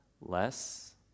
less